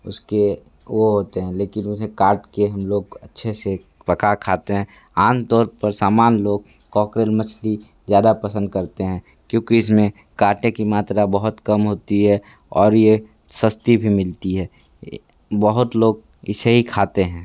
उसके वह होते हैं लेकिन उसे काट कर हम लोग अच्छे से पका खाते हैं आमतौर पर सामान्य लोग कॉकरेल मछली ज़्यादा पसंद करते हैं क्योंकि इसमें काँटे की मात्रा बहुत कम होती है और यह सस्ती भी मिलती है बहुत लोग इसे ही खाते हैं